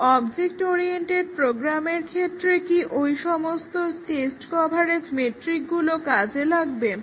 কিন্তু object oriented প্রোগ্রামের ক্ষেত্রে কি ওই সমস্ত টেস্ট কভারেজ মেট্রিকগুলো কি কাজে লাগবে